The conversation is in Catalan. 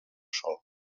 sòl